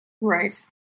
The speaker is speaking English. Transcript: Right